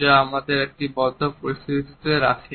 যা আমাদের একটি বদ্ধ পরিস্থিতিতে রাখে